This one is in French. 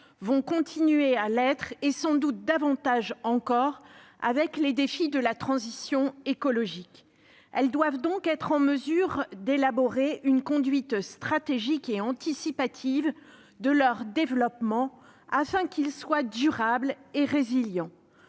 Elles continueront à l'être, sans doute davantage encore avec les défis de la transition écologique. Elles doivent donc être en mesure d'élaborer une conduite stratégique et anticipative de leur développement, afin que celui-ci soit durable et résilient.